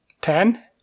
Ten